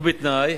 ובתנאי